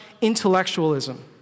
intellectualism